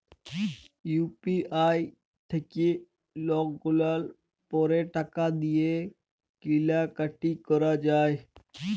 UPI থ্যাইকে লকগুলাল পারে টাকা দিঁয়ে কিলা কাটি ক্যরা যায়